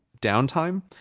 downtime